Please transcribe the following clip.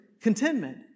contentment